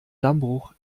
dammbruch